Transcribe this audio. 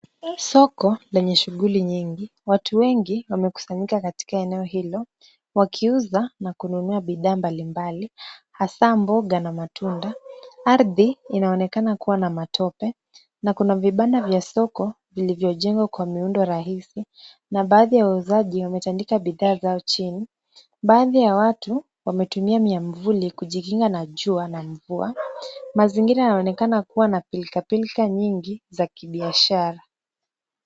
Soko lenye shughuli nyingi. Watu wengi wamekusanyika katika eneo hilo, wakiuza na kununua bidhaa mbalimbali, hasa mboga na matunda. Ardhi inaonekana kuwa na matope, na kuna vibanda vya soko vilivyojengwa kwa miundo rahisi, na baadhi ya wauzaji wametandika bidhaa zao chini. Baadhi ya watu wametumia miamvuli kujikinga na jua na mvua, mazingira yanaonekana kuwa na filika filika nyingi za kibiashara.